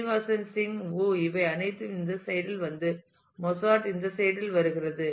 Srinivasan Singh Wu Srinivasan Singh Wu இவை அனைத்தும் இந்த சைட் இல் வந்து மொஸார்ட் இந்த சைட் இல் வருகிறது